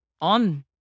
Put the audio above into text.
on